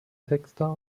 texter